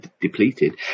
depleted